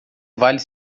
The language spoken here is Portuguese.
vale